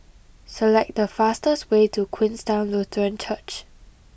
select the fastest way to Queenstown Lutheran Church